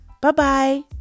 Bye-bye